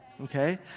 okay